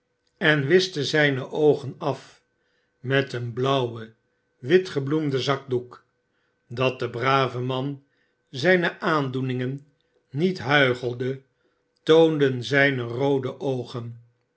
en wischte zijne oogen af met een blauwen wit gebloemden zakdoek dat de brave man zijne aandoeningen niet huichelde toonden zijne roode oogen